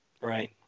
Right